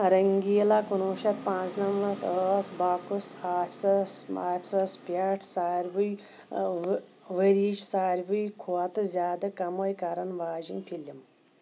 رنٛگیٖلا کُنوُہ شؠتھ پانٛژھ نمَتھ ٲس باکس آفیسَس آفیسَس پٮ۪ٹھ سارِوٕےؤر ؤریچہِ سارِوٕے کھۄتہٕ زیٛادٕ کمٲے کرَن واجیٚنۍ فلِم